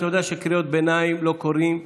אתה יודע שקריאות ביניים לא קוראים בעמידה,